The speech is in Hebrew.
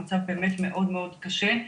המצב באמת מאוד מאוד קשה.